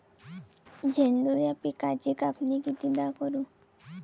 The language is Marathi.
झेंडू या पिकाची कापनी कितीदा करू?